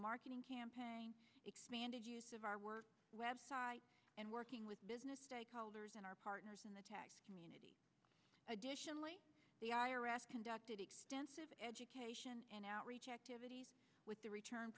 marketing campaign expanded use of our work web site and working with business stakeholders and our partners in the tech community additionally the i r s conducted extensive education and outreach activities with the return